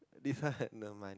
this one had no mind